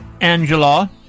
Angela